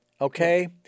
okay